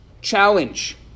challenge